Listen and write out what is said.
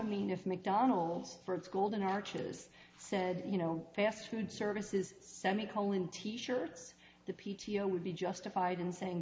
mean if mcdonald's for its golden arches said you know fast food service is semi colon t shirts the p t o would be justified in saying